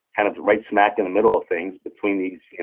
kind of right smack in the middle of things, between these